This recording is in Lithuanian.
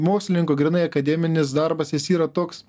mokslininko grynai akademinis darbas jis yra toks